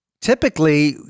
Typically